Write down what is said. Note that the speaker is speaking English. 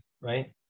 right